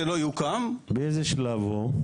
באיזה שלב הוא?